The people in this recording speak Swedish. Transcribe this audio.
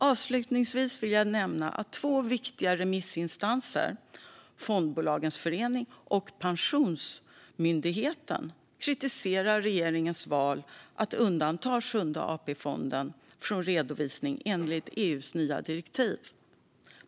Avslutningsvis vill jag nämna att två viktiga remissinstanser, Fondbolagens förening och Pensionsmyndigheten, kritiserar regeringens val att undanta Sjunde AP-fonden från redovisning enligt EU:s nya direktiv.